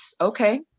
okay